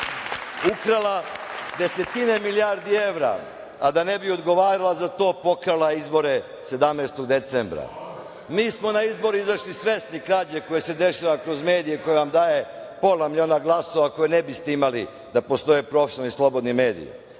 ukrala desetine milijardi evra, a da ne bi odgovarala za to pokrala je izbore 17. decembra. Mi smo na izbore izašli svesni krađe koja se dešava kroz medije koji vam daju pola miliona glasova, koje ne biste imali da postoje profesionalni i slobodni mediji. Kroz